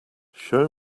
show